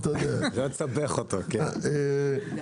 תודה רבה,